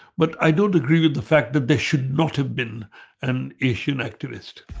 but i don't agree with the fact that they should not have been an asian activist